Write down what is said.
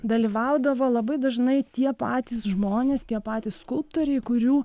dalyvaudavo labai dažnai tie patys žmonės tie patys skulptoriai kurių